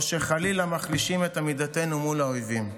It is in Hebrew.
או חלילה מחלישים את עמידתנו מול האויבים?